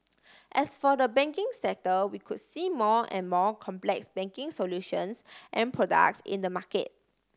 as for the banking sector we could see more and more complex banking solutions and products in the market